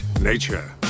Nature